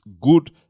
good